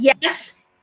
Yes